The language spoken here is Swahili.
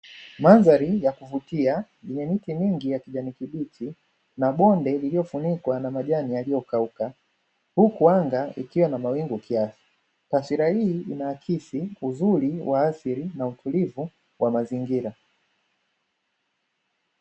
Mandhari ya kuvutia yenye miti mingi ya kijani kibichi, na bonde iliyofunikwa na majani yaliyokauka, huku anga likiwa na mawingu kiasi. Taswira hii inaakisi uzuri wa asili na utulivu wa mazingira.